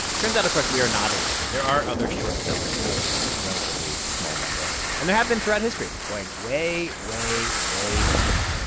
turns out, of course, we are not alone. there are other short sellers out there a relatively small number and there have been throughout history, going way, way, way back